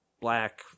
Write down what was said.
Black